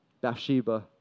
Bathsheba